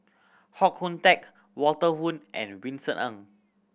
Hoon Teck Walter Woon and Vincent Ng